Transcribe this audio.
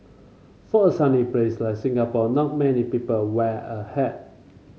for a sunny place like Singapore not many people wear a hat